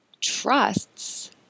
trusts